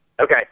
Okay